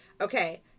Okay